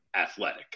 athletic